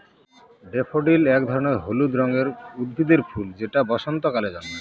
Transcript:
daffodil এক ধরনের হলুদ রঙের উদ্ভিদের ফুল যেটা বসন্তকালে জন্মায়